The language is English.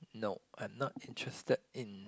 no I'm not interested in